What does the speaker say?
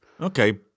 Okay